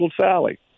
Sally